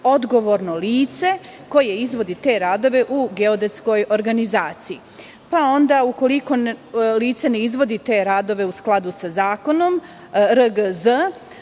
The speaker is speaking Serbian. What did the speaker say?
odgovorno lice koje izvodi te radove u geodetskoj organizaciji. Ukoliko lice ne izvodi te radove u skladu sa zakonom, RGZ